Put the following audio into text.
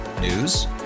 News